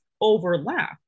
overlap